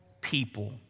people